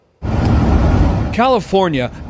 california